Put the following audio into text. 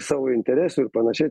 savo interesų ir panašiai